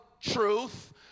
truth